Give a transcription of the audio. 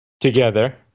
together